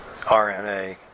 RNA